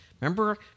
Remember